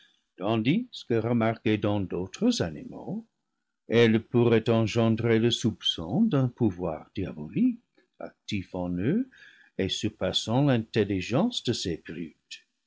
tandis que remarquées dans d'autres animaux elles pourraient engendrer le soupçon d'un pouvoir diabolique actif en eux et surpassant l'intelligence de ces